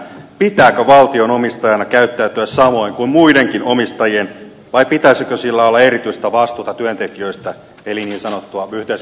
pitääkö valtion omistajana käyttäytyä samoin kuin muidenkin omistajien vai pitäisikö sillä olla erityistä vastuuta työntekijöistä eli niin sanottua viides